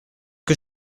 que